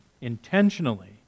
intentionally